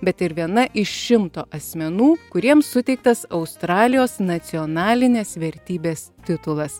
bet ir viena iš šimto asmenų kuriems suteiktas australijos nacionalinės vertybės titulas